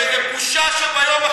תנו לשר לסיים.